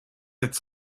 its